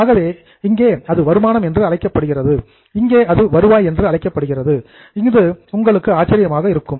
ஆகவே இங்கே அது வருமானம் என்று அழைக்கப்படுகிறது இங்கே அது வருவாய் என்று அழைக்கப்படுகிறது இது உங்களுக்கு ஆச்சரியமாக இருக்கும்